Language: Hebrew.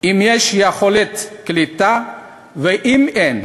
אם יש יכולת קליטה ואם אין.